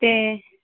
ਅਤੇ